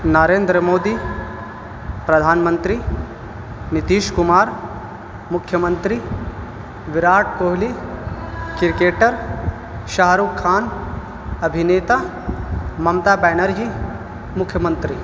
نریندر مودی پردھان منتری نتیش کمار مکھیہ منتری وراٹ کوہلی کرکیٹر شاہ رخ خان ابھینیتا ممتا بینرجی مکھیہ منتری